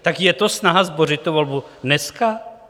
Tak je to snaha zbořit tu volbu dneska?